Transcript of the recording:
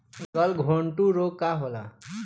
गलघोंटु रोग का होला?